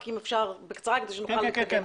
רק אם אפשר בקצרה כדי שנוכל לתת לכולם.